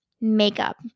makeup